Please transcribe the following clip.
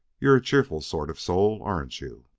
you're a cheerful sort of soul, aren't you?